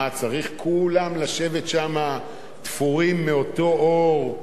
מה, צריך שכולם ישבו שם, תפורים מאותו עור,